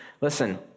Listen